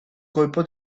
colpo